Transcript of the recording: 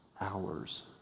hours